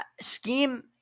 Scheme